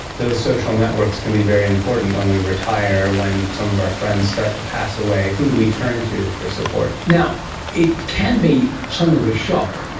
those social networks can be very important when we retire, when some of our friends start to pass away, who do we turn to for support. it can be something of a shock,